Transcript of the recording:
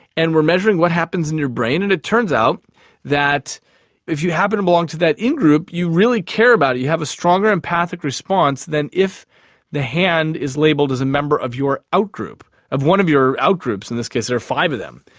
and we are measuring what happens in your brain, and it turns out that if you happen to belong to that in-group you really care about it, you have a stronger empathic response than if the hand is labelled as a member of your out-group, of one of your out-groups, in this case there are five of them.